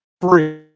Free